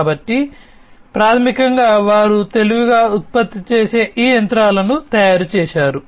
కాబట్టి ప్రాథమికంగా వారు తెలివిగా ఉత్పత్తి చేసే ఈ యంత్రాలను తయారు చేశారు